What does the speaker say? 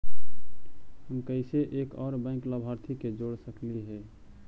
हम कैसे एक और बैंक लाभार्थी के जोड़ सकली हे?